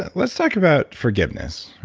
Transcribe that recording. let's talk about forgiveness.